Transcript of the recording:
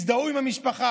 הזדהו עם המשפחה.